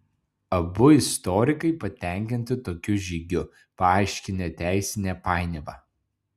abu istorikai patenkinti tokiu žygiu paaiškinę teisinę painiavą